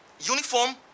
uniform